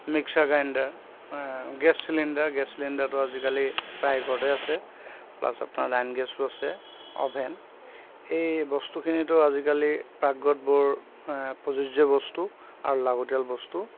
mixer grinder gas cylinder gas চিলিণ্ডাৰটো আজিকালি প্ৰায় ঘৰতে আছে প্লাছ আপোনাৰ লাইন গেছো আছে অভেন এই বস্তুখিনিতো আজিকালি পাকঘৰত বৰ প্ৰযোজ্য বস্তু আৰু লাগতীয়াল বস্তু